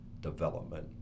development